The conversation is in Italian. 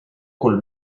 col